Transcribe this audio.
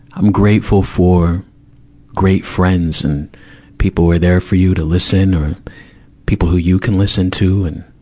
i'm grateful for great friends and people who are there for you, to listen or and people who you can listen to and,